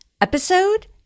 episode